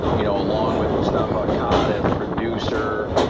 you know along with mustafa cod as producer